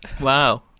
Wow